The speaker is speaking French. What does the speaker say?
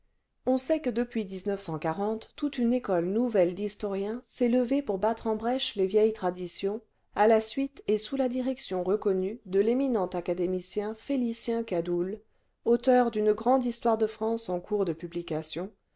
on sait que depuis toute une école nouvelle d'historiens s'est levée pour battre en brèche les vieilles traditions à la suite et sous la direction reconnue de l'éminent académicien félicien cadoul auteur d'une grande histoire de france en cours de publication